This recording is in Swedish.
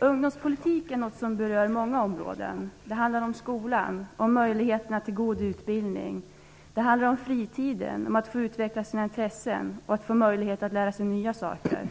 Ungdomspolitik är något som berör många områden. Det handlar om skolan, om möjligheterna till god utbildning. Det handlar om fritiden, om att få utveckla sina intressen och att få möjlighet att lära sig nya saker.